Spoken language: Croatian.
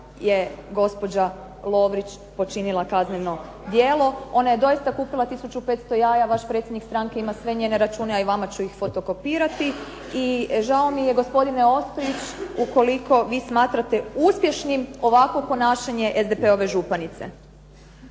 je gospođa Lovrić počinila kazneno djelo. Ona je doista kupila tisuću 500 jaja, vaš predsjednik stranke ima sve njene račune, a i vama ću ih fotokopirati. I žao mi je gospodine Ostojić, ukoliko vi smatrate uspješnim ovakvo ponašanje SDP-ove županice.